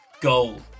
goal